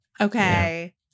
Okay